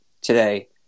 today